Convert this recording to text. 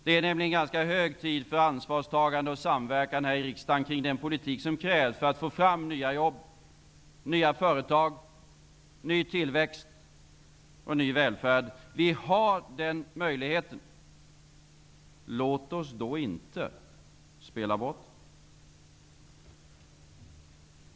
Det är nämligen hög tid för ansvarstagande och samverkan här i riksdagen kring den politik som krävs för att få fram nya jobb, nya företag, ny tillväxt och ny välfärd. Vi har den möjligheten. Låt oss då inte spela bort den!